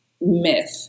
myth